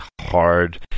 hard